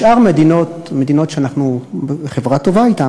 בשאר המדינות שאנחנו בחברה טובה אתן,